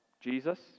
Jesus